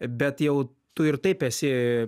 bet jau tu ir taip esi